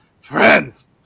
friends